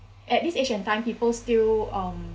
at this age and time people still um